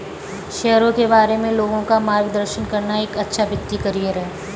शेयरों के बारे में लोगों का मार्गदर्शन करना एक अच्छा वित्तीय करियर है